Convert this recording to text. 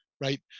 right